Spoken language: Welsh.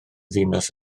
ddinas